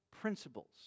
principles